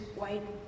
white